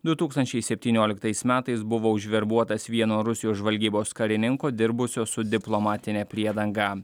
du tūkstančiai septynioliktais metais buvo užverbuotas vieno rusijos žvalgybos karininko dirbusio su diplomatine priedanga